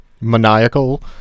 maniacal